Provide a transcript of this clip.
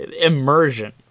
Immersion